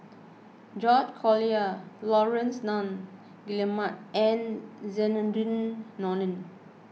George Collyer Laurence Nunns Guillemard and Zainudin Nordin